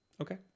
okay